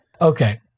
okay